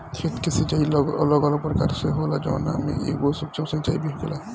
खेत के सिचाई अलग अलग प्रकार से होला जवना में एगो सूक्ष्म सिंचाई भी होखेला